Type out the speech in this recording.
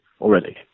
already